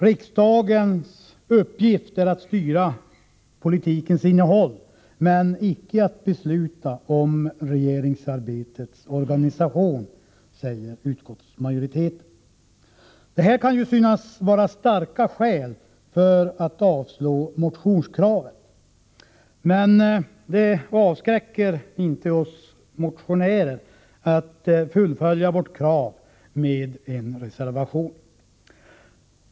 ”Riksdagens uppgift är att styra politikens innehåll men icke att besluta om regeringsarbetets organisation”, säger utskottsmajoriteten. Det här kan ju synas vara starka skäl för att avstyrka motionskravet, men det avskräcker inte oss motionärer från att fullfölja vårt krav med en reservation.